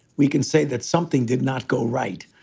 we can say that something did not go right.